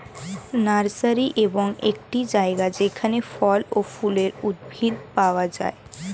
nursery এমন একটি জায়গা যেখানে ফল ও ফুলের উদ্ভিদ পাওয়া যায়